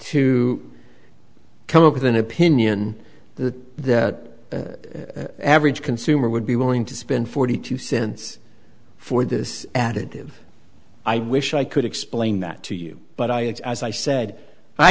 to come up with an opinion that the average consumer would be willing to spend forty two cents for this additive i wish i could explain that to you but i it's as i said i